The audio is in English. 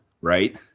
right